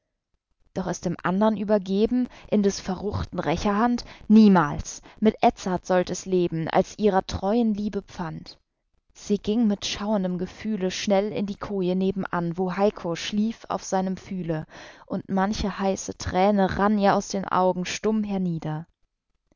doch es dem andern übergeben in des verruchten rächerhand niemals mit edzard sollt es leben als ihrer treuen liebe pfand sie ging mit schauerndem gefühle schnell in die koje nebenan wo heiko schlief auf seinem pfühle und manche heiße thräne rann ihr aus den augen stumm hernieder